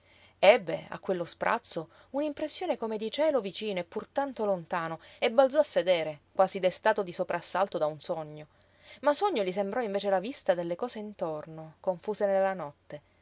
ebbe a quello sprazzo un'impressione come di cielo vicino e pur tanto lontano e balzò a sedere quasi destato di soprassalto da un sogno ma sogno gli sembrò invece la vista delle cose intorno confuse nella notte